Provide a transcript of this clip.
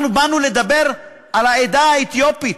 אנחנו באנו לדבר על העדה האתיופית,